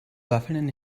waffeln